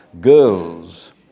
girls